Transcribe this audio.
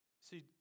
See